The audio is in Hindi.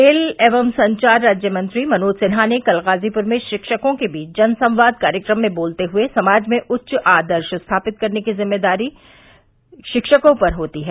रेल एवं संचार राज्यमंत्री मनोज सिन्हा ने कल गाजीपुर में शिक्षकों के बीच जन संवाद कार्यक्रम में बोलते हुए कहा कि समाज में उच्च आदर्श स्थापित करने की जिम्मेदारी शिक्षकों पर होती है